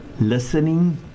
listening